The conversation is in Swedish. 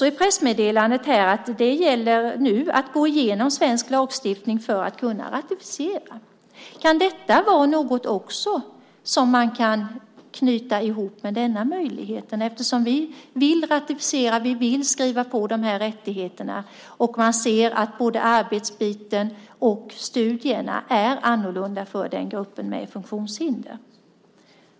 I pressmeddelandet sägs också att det nu gäller att gå igenom svensk lagstiftning för att kunna ratificera konventionen. Kan detta vara något som vi kan anknyta till, eftersom vi vill ratificera dessa rättigheter? Vi ser ju att både arbetsdelen och studierna är annorlunda för gruppen med funktionshinder.